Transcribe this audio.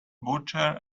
butcher